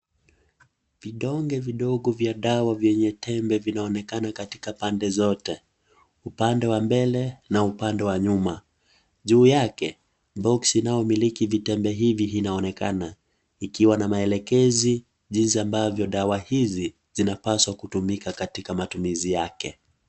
Vidonge vidogo vya dawa vyenye tembe vinaonekana katika pande zote. Upando wa mbele na upande wa nyuma. Juu yake, boksi inayomiliki vitembe hivi hinaonekana. Ikiwa na maelekezi, jinzi abavyo dawa hizi zinapaswa kutumika katika matumizi yake.